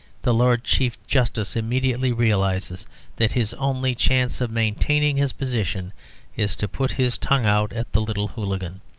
the lord chief justice immediately realises that his only chance of maintaining his position is to put his tongue out at the little hooligan.